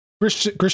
Christian